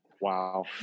Wow